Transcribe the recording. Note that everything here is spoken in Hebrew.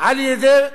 על-ידי